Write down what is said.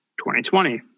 2020